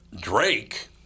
Drake